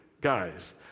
guys